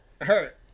hurt